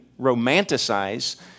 romanticize